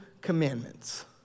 commandments